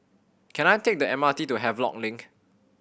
can I take the M R T to Havelock Link